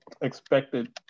expected